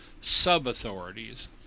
sub-authorities